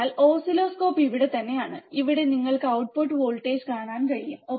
അതിനാൽ ഓസിലോസ്കോപ്പ് ഇവിടെത്തന്നെയാണ് ഇവിടെ നിങ്ങൾക്ക് ഔട്ട്പുട്ട് വോൾട്ടേജ് കാണാൻ കഴിയും